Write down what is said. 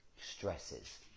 stresses